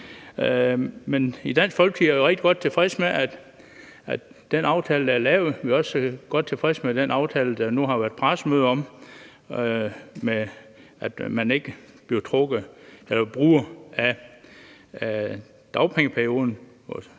I Dansk Folkeparti er vi rigtig godt tilfredse med den aftale, der er lavet. Vi er også godt tilfredse med den aftale, der nu har været pressemøde om – om, at man ikke bruger af dagpengeperioden,